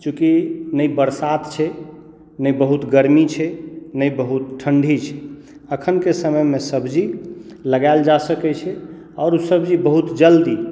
चूँकि नहि बरसात छै नहि बहुत गरमी छै नहि बहुत ठण्डी छै अखनके समयमे सब्जी लगायल जा सकैत छै आओर ओ सब्जी बहुत जल्दी